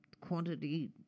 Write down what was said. quantity